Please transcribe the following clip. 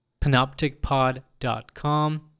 panopticpod.com